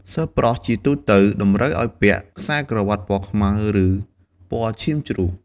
សិស្សប្រុសជាទូទៅតម្រូវឱ្យពាក់ ខ្សែក្រវាត់ពណ៌ខ្មៅ ឬពណ៌ឈាមជ្រូក។